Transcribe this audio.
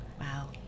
Wow